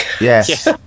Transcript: Yes